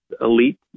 elite